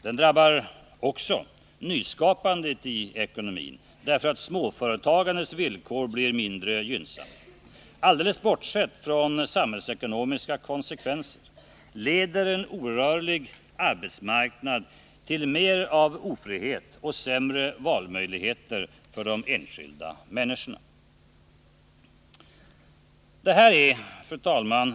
Den drabbar även nyskapandet i ekonomin, därför att småföretagandets villkor blir mindre gynnsamma. Alldeles bortsett från samhällsekonomiska konsekvenser leder en orörlig arbetsmarknad till större ofrihet och sämre valmöjligheter för de enskilda människorna. Fru talman!